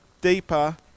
deeper